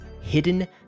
hidden